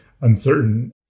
uncertain